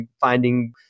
finding